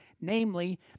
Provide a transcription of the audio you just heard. namely